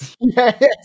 Yes